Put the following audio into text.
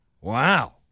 Wow